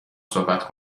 صحبت